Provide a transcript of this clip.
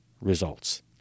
results